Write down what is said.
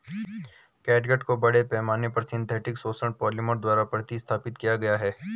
catgut को बड़े पैमाने पर सिंथेटिक शोषक पॉलिमर द्वारा प्रतिस्थापित किया गया है